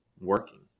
working